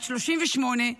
בת 38,